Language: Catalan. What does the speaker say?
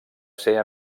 ser